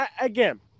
again